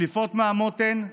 שליפות מהמותן,